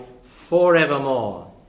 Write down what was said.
forevermore